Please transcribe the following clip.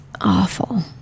awful